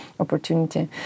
Opportunity